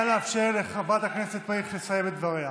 נא לאפשר לחברת הכנסת מריח לסיים את דבריה.